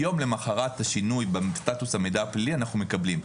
יום למחרת שינוי בסטטוס המידע הפלילי אנחנו מקבלים.